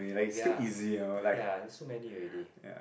ya ya so many already